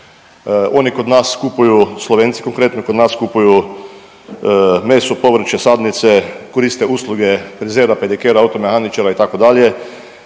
Oni kod nas kupuju, Slovenci konkretno kod nas kupuju meso, povrće, sadnice, koriste usluge frizera, pedikera, automehaničara itd.